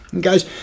Guys